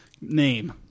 name